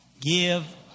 Give